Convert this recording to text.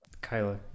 Kyla